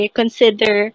consider